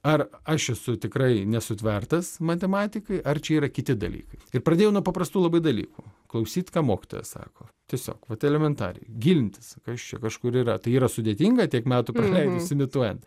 ar aš esu tikrai nesutvertas matematikai ar čia yra kiti dalykai ir pradėjau nuo paprastų labai dalykų klausyt ką mokytojas sako tiesiog vat elementariai gilintis kas čia kažkur yra tai yra sudėtinga tiek metų praleidus imituojant